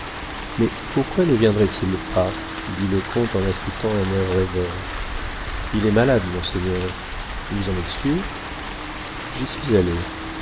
mais pourquoi ne viendrait-il pas dit le comte en affectant un air rêveur il est malade monseigneur vous en êtes sûr j'y suis